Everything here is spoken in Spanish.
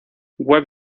web